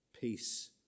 Peace